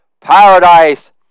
Paradise